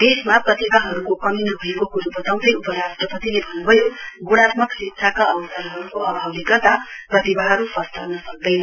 देशमा प्रतिभाहरूको कमी नभएको क्रो बताउँदै उप राष्ट्रपतिले भन्नुभयो गुणात्मक शिक्षाका अवसरहरूको अभावले गर्दा प्रतिभाहरू फस्टाउन सक्दैन